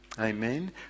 Amen